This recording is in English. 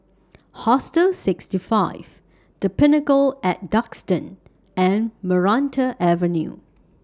Hostel sixty five The Pinnacle At Duxton and Maranta Avenue